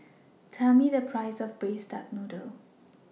Tell Me The Price of Braised Duck Noodle